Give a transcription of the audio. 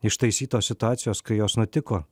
ištaisytos situacijos kai jos nutiko